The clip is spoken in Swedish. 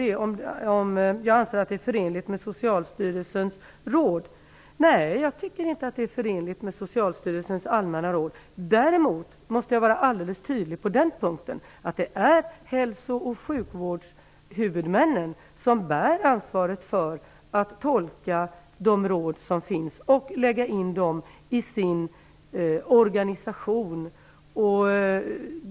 Den gällde huruvida jag anser att detta är förenligt med Socialstyrelsens allmänna råd. Nej, det tycker jag inte. Däremot, och på den punkten måste jag vara alldeles tydlig, är det hälso och sjukvårdshuvudmännen som bär ansvaret för att tolka de råd som finns och för att lägga in dessa i sin organisation.